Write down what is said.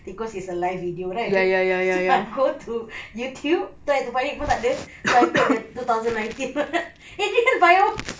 cause it's a live video right so I go to youtube try to find it pun tak ada so I played the two thousand nineteen one adrian firework